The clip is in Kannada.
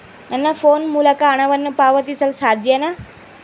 ನನ್ನ ಫೋನ್ ಮೂಲಕ ಹಣವನ್ನು ಪಾವತಿಸಲು ಸಾಧ್ಯನಾ?